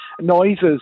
noises